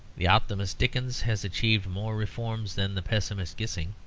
the optimist dickens has achieved more reforms than the pessimist gissing.